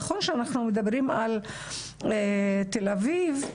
נכון שאנחנו מדברים על תל אביב,